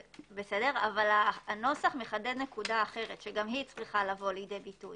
אבל הנוסח מחדד נקודה אחרת שגם היא צריכה לבוא לידי ביטוי